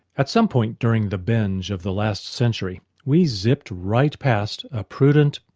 at some point during the binge of the last century we zipped right past a prudent,